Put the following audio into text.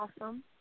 awesome